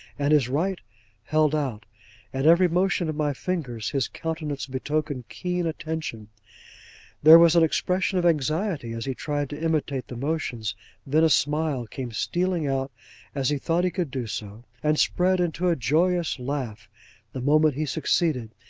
and his right held out at every motion of my fingers his countenance betokened keen attention there was an expression of anxiety as he tried to imitate the motions then a smile came stealing out as he thought he could do so, and spread into a joyous laugh the moment he succeeded,